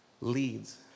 leads